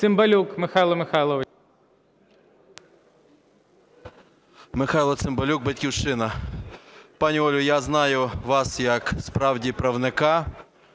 Михайло Цимбалюк, "Батьківщина". Пані Олю, я знаю вас як справді правника